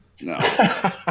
No